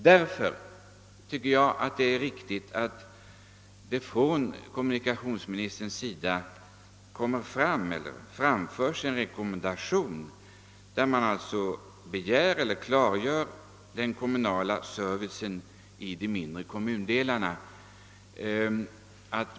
Det är därför viktigt att kommunikationsministern utfärdar en rekom mendation om att man inte skall glömma bort frågan om den kommunala servicen i de mindre kommundelarna.